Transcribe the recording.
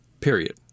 Period